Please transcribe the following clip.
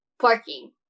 parking